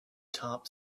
top